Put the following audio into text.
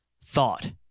thought